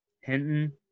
Hinton